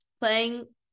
Playing